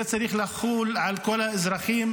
זה צריך לחול על כל האזרחים.